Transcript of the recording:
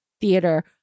theater